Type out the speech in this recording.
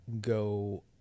go